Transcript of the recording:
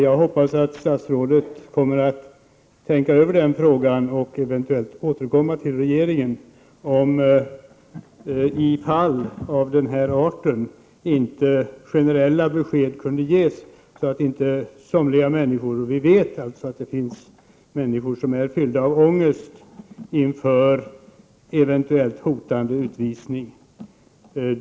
Jag hoppas att statsrådet kommer att tänka över frågan om man inte i fall av denna art kan ge generella besked, och att hon sedan eventuellt kan återkomma till regeringen i ärendet. Vi vet att det finns människor som är fyllda av ångest inför hotande utvisning.